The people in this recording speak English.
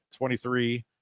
23